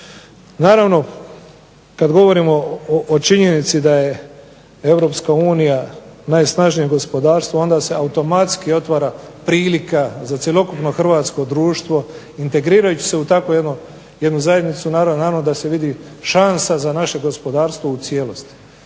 Naravno, kada govorimo o činjenici da je EU najsnažnije gospodarstvo onda se automatski otvara prilika za cjelokupno hrvatsko društvo integrirajući se u takvu jednu zajednicu. Naravno, da se vidi šansa za naše gospodarstvo u cijelosti.